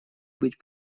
быть